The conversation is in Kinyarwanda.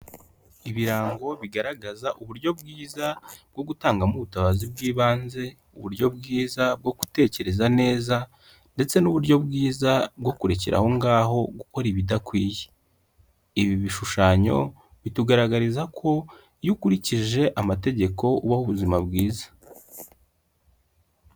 Ibirango bigaragaza uburyo bwiza bwo gutangamo ubutabazi bw'ibanze. Uburyo bwiza bwo gutekereza neza, ndetse n'uburyo bwiza bwo kurekera ahongaho gukora ibidakwiye. Ibi bishushanyo bitugaragariza ko iyo ukurikije amategeko ubaho ubuzima bwiza.